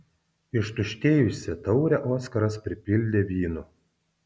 ištuštėjusią taurę oskaras pripildė vynu